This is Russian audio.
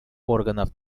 органов